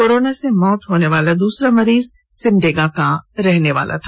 corona से मौत होने वाला द्रसरा मरीज सिमडेगा का रहनेवाला है